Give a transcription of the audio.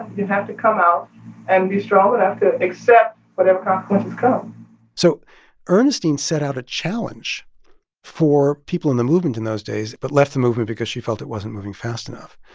you have to come out and be strong enough to accept whatever consequences come so ernestine set out a challenge for people in the movement in those days, but left the movement because she felt it wasn't moving fast enough.